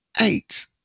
eight